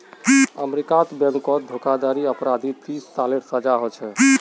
अमेरीकात बैनकोत धोकाधाड़ी अपराधी तीस सालेर सजा होछे